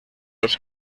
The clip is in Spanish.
los